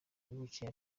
wavukiye